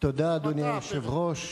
אדוני היושב-ראש,